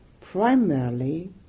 primarily